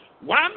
One